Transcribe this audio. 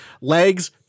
legs